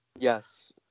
Yes